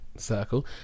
circle